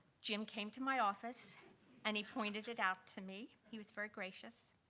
jim came to my office and he pointed it out to me. he was very gracious.